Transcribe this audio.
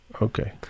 Okay